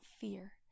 fear